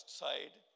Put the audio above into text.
side